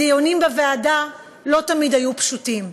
הדיונים בוועדה לא תמיד היו פשוטים.